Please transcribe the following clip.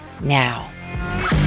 now